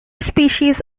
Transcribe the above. species